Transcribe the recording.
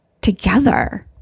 together